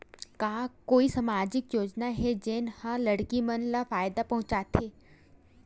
का कोई समाजिक योजना हे, जेन हा लड़की मन ला फायदा पहुंचाथे?